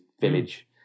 village